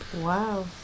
Wow